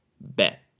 Bet